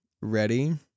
ready